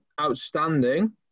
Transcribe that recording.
outstanding